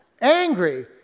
angry